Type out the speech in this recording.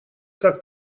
как